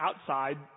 outside